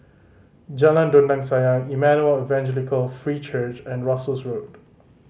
Jalan Dondang Sayang Emmanuel Evangelical Free Church and Russels Road